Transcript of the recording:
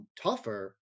tougher